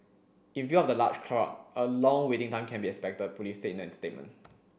in view of the large crowd a long waiting time can be expected Police said in a statement